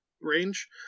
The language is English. range